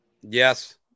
Yes